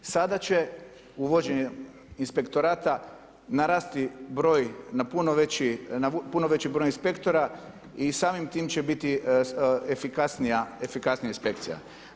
Sada će uvođenjem inspektorata narasti broj na puno veći broj inspektora i samim tim će biti efikasnija inspekcija.